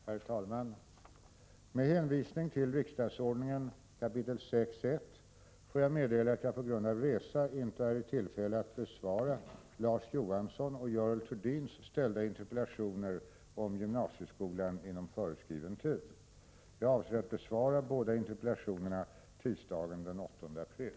Herr talman! Med hänvisning till riksdagsordningen 6 kap. 1§ får jag meddela att jag på grund av resa inte är i tillfälle att besvara Larz Johanssons och Görel Thurdins ställda interpellationer om gymnasieskolan inom föreskriven tid. Jag avser att besvara båda interpellationerna tisdagen den 8 april.